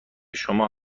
شما